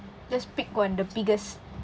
let's pick one the biggest